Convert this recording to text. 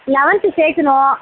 eleventh சேர்க்கணும்